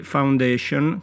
Foundation